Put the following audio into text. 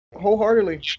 Wholeheartedly